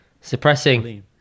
suppressing